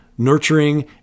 Nurturing